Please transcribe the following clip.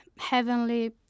heavenly